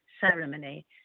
ceremony